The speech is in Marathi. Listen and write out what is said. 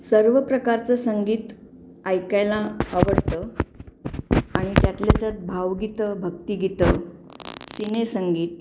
सर्व प्रकारचं संगीत ऐकायला आवडतं आणि त्यातल्या त्यात भावगीतं भक्तिगीतं सिनेसंगीत